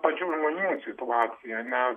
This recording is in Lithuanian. pačių žmonių situaciją ne